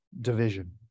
division